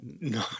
no